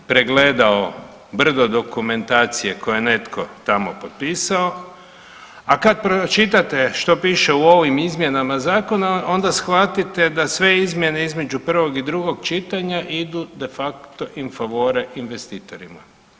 DORH je pregledao brdo dokumentacije koju je netko tamo potpisao, a kad pročitate što piše u ovim izmjenama Zakona onda shvatite da sve izmjene između prvog i drugog čitanje idu de facto in favore investitorima.